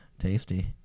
Tasty